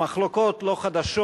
המחלוקות לא חדשות.